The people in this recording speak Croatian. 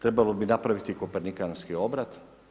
Trebalo bi napraviti kopernikanski obrat.